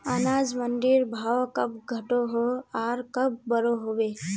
अनाज मंडीर भाव कब घटोहो आर कब बढ़ो होबे?